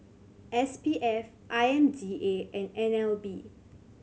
S P F I M D A and N L B